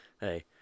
hey